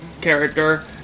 character